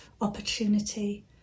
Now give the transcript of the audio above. opportunity